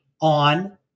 on